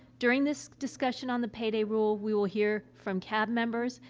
during this discussion on the payday rule, we will hear from cab members,